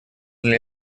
для